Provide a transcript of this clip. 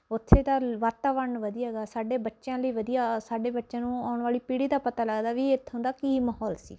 ਉੱਥੇ ਦਾ ਵਾਤਾਵਰਨ ਵਧੀਆ ਗਾ ਸਾਡੇ ਬੱਚਿਆਂ ਲਈ ਵਧੀਆ ਸਾਡੇ ਬੱਚਿਆਂ ਨੂੰ ਆਉਣ ਵਾਲੀ ਪੀੜ੍ਹੀ ਦਾ ਪਤਾ ਲੱਗਦਾ ਵੀ ਇੱਥੋਂ ਦਾ ਕੀ ਮਹੌਲ ਸੀਗਾ